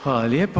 Hvala lijepa.